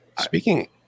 Speaking